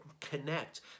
connect